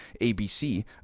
ABC